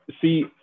See